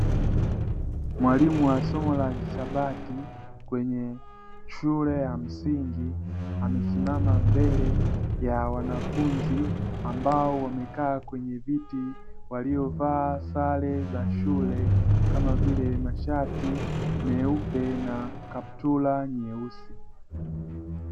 Mwalimu wa somo la hisabati kwenye shule ya msingi, amesimama mbele ya wanafunzi ambao wamekaa kwenye viti, waliovaa sare za shule kama vile mashati meupe na kaptura nyeusi.